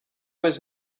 was